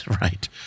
right